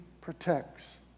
protects